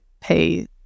pay